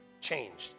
changed